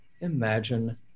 Imagine